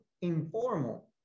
informal